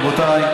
רבותיי,